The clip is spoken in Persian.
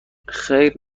خیر